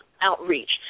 outreach